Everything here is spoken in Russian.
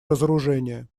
разоружение